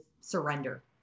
surrender